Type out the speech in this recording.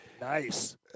nice